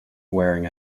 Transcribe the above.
wearing